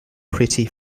pretty